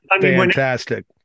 fantastic